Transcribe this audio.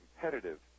competitive